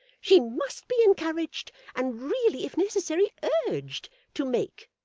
she must be encouraged, and really, if necessary, urged to make.